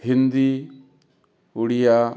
Hindi Oriya